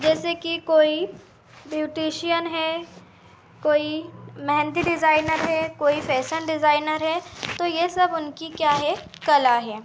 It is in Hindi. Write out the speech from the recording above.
जैसे कि कोई ब्यूटीशियन है कोई मेहंदी डिज़ाइनर है कोई फैसन डिज़ाइनर है तो ये सब उनकी क्या है कला है